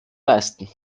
leisten